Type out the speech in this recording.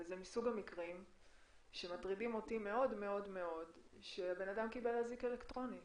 זה מסוג המקרים שמטרידים אותי מאוד-מאוד שבן אדם קיבל אזיק אלקטרוני,